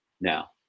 now